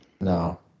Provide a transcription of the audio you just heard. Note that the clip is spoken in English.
No